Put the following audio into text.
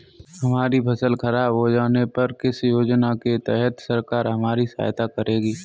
हमारी फसल खराब हो जाने पर किस योजना के तहत सरकार हमारी सहायता करेगी?